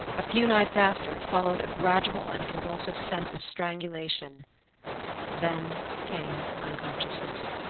a few nights after, followed a gradual and convulsive sense of strangulation then came unconsciousness.